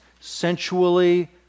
sensually